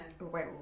Wait